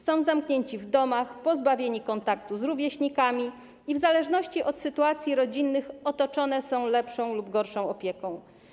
Są zamknięci w domach, pozbawieni kontaktu z rówieśnikami i w zależności od sytuacji rodzinnych otoczeni są lepszą lub gorszą opieką.